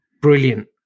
brilliant